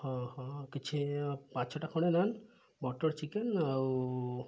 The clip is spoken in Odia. ହଁ ହଁ କିଛି ପାଞ୍ଚଟା ଖଣ୍ଡେ ନାନ୍ ବଟର ଚିକେନ୍ ଆଉ